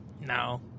No